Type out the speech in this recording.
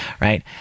right